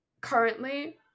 currently